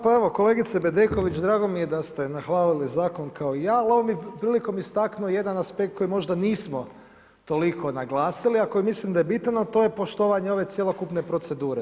Pa evo, kolegice Bedeković, drago mi je da ste nahvalili zakon kao i ja, ali ovom prilikom bih istaknuo jedan aspekt koji možda nismo toliko naglasili a koji mislim da je bitan, a to je poštovanje ove cjelokupne procedure.